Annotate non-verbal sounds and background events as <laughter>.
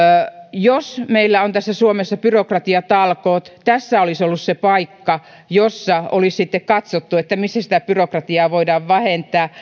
jos meillä on suomessa byrokratiatalkoot tässä olisi ollut se paikka jossa olisi sitten katsottu missä sitä byrokratiaa voidaan vähentää <unintelligible>